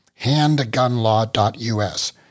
Handgunlaw.us